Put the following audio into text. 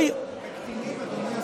אדוני השר,